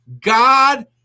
God